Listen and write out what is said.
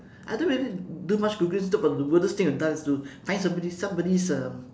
I don't really do much google stuff but the weirdest thing I've done is to find somebody's somebody's uh